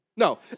No